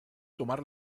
tomar